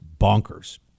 bonkers